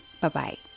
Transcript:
Bye-bye